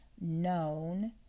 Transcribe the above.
known